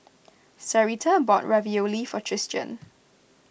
Sarita bought Ravioli for Tristian